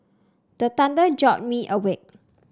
the thunder jolt me awake